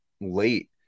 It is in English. late